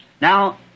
Now